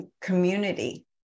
community